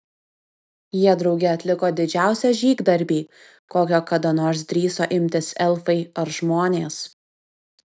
jie drauge atliko didžiausią žygdarbį kokio kada nors drįso imtis elfai ar žmonės